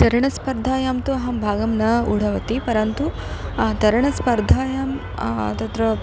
तरणस्पर्धायां तु अहं भागं न ऊढवति परन्तु तरणस्पर्धायां तत्र